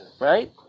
Right